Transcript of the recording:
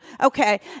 Okay